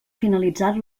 finalitzat